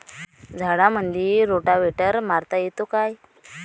झाडामंदी रोटावेटर मारता येतो काय?